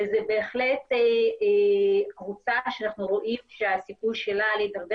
זו בהחלט קבוצה שאנחנו רואים שהסיכוי שלה להידרדר